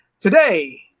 Today